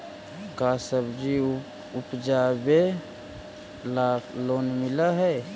का सब्जी उपजाबेला लोन मिलै हई?